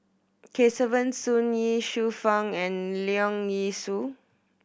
Kesavan Soon Ye Shufang and Leong Yee Soo